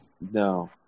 No